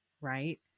right